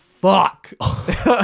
fuck